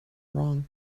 wrong